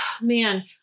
Man